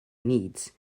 needs